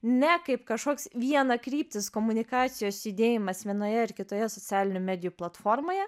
ne kaip kažkoks vienakryptis komunikacijos judėjimas vienoje ar kitoje socialinių medijų platformoje